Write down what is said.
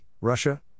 Russia